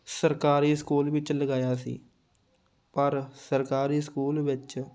ਸਰਕਾਰੀ ਸਕੂਲ ਵਿੱਚ ਲਗਾਇਆ ਸੀ ਪਰ ਸਰਕਾਰੀ ਸਕੂਲ ਵਿੱਚ